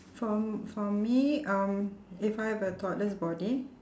for for me um if I have a toddler's body